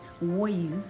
ways